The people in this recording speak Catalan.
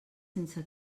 sense